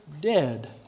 dead